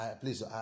Please